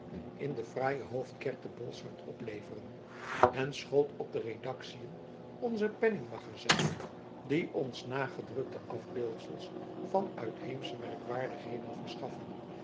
in de fraaie hoofdkerk te bolsward opleveren en schold op de redactiën onzer penningmagazijnen die ons nagedrukte afbeeldsels van uitheemsche merkwaardigheden verschaffen